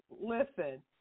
Listen